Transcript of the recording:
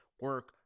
Work